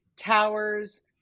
towers